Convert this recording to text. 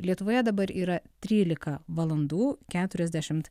lietuvoje dabar yra trylika valandų keturiasdešimt